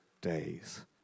days